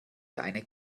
eine